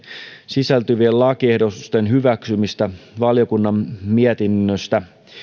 sisältyvien lakiehdotusten hyväksymistä valiokunnan mietinnöstä